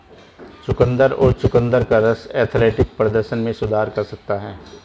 चुकंदर और चुकंदर का रस एथलेटिक प्रदर्शन में सुधार कर सकता है